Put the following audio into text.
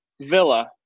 Villa